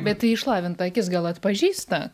bet tai išlavinta akis gal atpažįsta